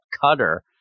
Cutter